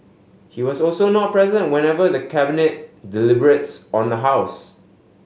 he was also not present whenever the Cabinet deliberates on the house